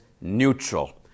neutral